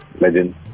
legend